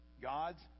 God's